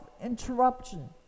interruption